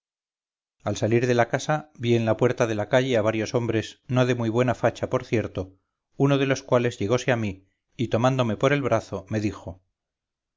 al salir de la casa vi en la puerta de la calle a varios hombres no de muy buena facha por cierto uno de los cuales llegose a mí y tomándome por el brazo me dijo